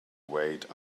wait